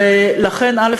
לכן, א.